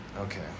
Okay